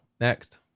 Next